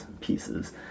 pieces